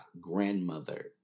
grandmother